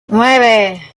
nueve